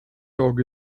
dog